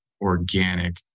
organic